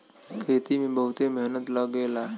खेती में बहुते मेहनत लगेला